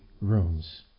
rooms